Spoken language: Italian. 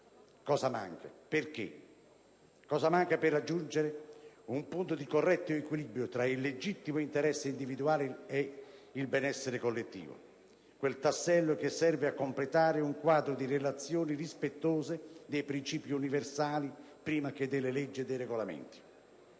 DE SENA). Perché? Cosa manca per raggiungere un punto di corretto equilibrio tra il legittimo interesse individuale ed il benessere collettivo? Qual è il tassello che serve a completare un quadro di relazioni rispettose dei principi universali prima che delle leggi e dei regolamenti?